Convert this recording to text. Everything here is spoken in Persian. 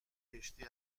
کشتی